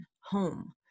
home